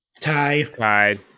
Tie